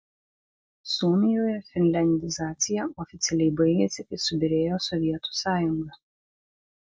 suomijoje finliandizacija oficialiai baigėsi kai subyrėjo sovietų sąjunga